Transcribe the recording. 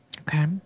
Okay